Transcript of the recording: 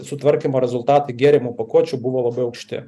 sutvarkymo rezultatai gėrimų pakuočių buvo labai aukšti